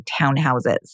townhouses